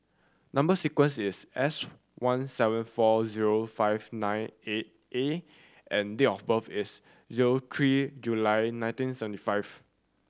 number sequence is S one seven four zero five nine eight A and date of birth is zero three July nineteen seventy five